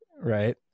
Right